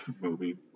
movie